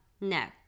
no